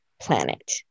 planet